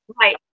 Right